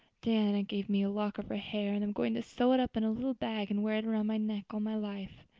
diana gave me a lock of her hair and i'm going to sew it up in a little bag and wear it around my neck all my life.